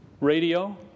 radio